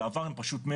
בעבר הם פשוט מתו.